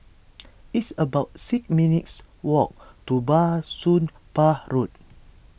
it's about six minutes' walk to Bah Soon Pah Road